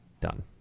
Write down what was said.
Done